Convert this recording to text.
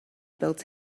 built